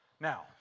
Now